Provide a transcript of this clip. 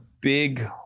big